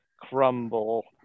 crumble